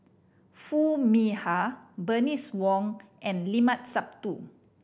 Foo Mee Har Bernice Wong and Limat Sabtu